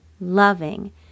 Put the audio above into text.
loving